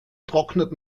trocknet